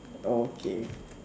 okay